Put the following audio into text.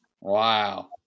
Wow